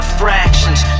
fractions